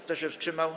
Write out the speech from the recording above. Kto się wstrzymał?